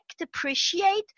appreciate